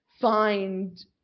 find